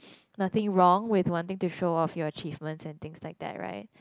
nothing wrong with wanting to show off your achievements and things like that right